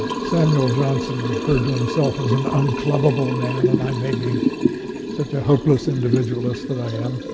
samuel johnson referred to himself as an unclubbable man, and i may be such a hopeless individualist that i am.